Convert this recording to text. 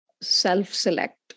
self-select